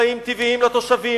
חיים טבעיים לתושבים,